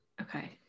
Okay